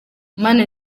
mana